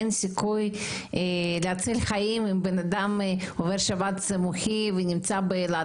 אין סיכוי להציל חיים אם בן אדם עובר שבץ מוחי ונמצא באילת,